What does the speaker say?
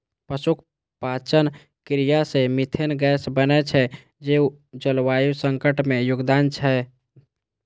पशुक पाचन क्रिया सं मिथेन गैस बनै छै, जे जलवायु संकट मे योगदान दै छै